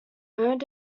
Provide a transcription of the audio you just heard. owned